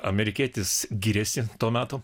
amerikietis giriasi to meto